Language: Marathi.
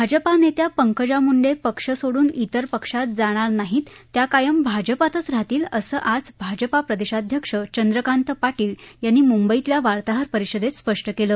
भाजपा नेत्या पंकजा मुंडे पक्ष सोडून इतर पक्षात जाणार नाहीत त्या कायम भाजपातच राहतील असं आज भाजपा प्रदेशाध्यक्ष चंद्रकांत पाटील यांनी मुंबईतल्या वार्ताहर परिषदेत स्पष्ट केलं